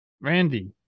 Randy